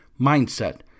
mindset